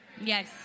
Yes